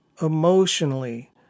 emotionally